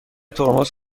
ترمز